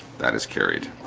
that is carried